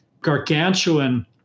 gargantuan